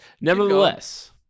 nevertheless